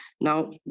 Now